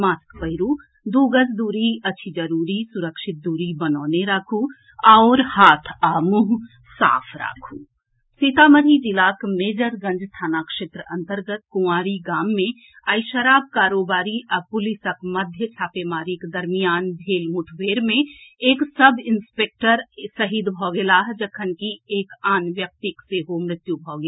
mask पहिरू दू गज दूरी अछि जरूरी सुरक्षित दूरी बनौने राखू आ हाथ आ मुंह साफ राखू सीतामढ़ी जिलाक मेजरगंज थाना क्षेत्र अंतर्गत कुंवारी गाम मे आई शराब कारोबारी आ पुलिसक मध्य छापेमारीक दरमियान भेल मुठभेड़ मे एक सब इंस्पेक्टर ाहीद भऽ गेलाह जखनकि एक आन व्यक्तिक सेहो मृत्यु भऽ गेल